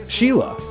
Sheila